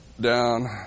down